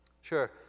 sure